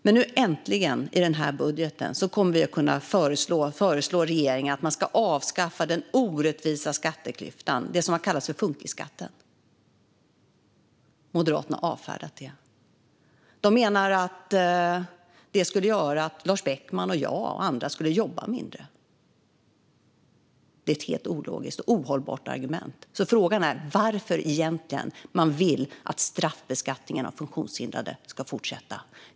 Men nu äntligen, i den här budgeten, föreslår regeringen att man ska avskaffa den orättvisa skatteklyftan, det som har kallats för funkisskatten. Moderaterna har avfärdat det. De menar att det skulle göra att Lars Beckman och jag och andra skulle jobba mindre. Det är ett helt ologiskt och ohållbart argument. Frågan är: Varför, egentligen, vill man att straffbeskattningen av funktionshindrade ska fortsätta?